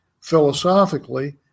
philosophically